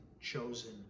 chosen